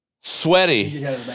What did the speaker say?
sweaty